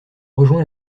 rejoint